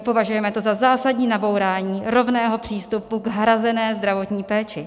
Považujeme to za zásadní nabourání rovného přístupu k hrazené zdravotní péči.